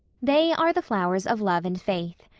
they are the flowers of love and faith.